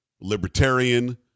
Libertarian